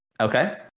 Okay